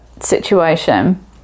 situation